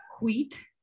Wheat